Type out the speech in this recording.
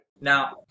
Now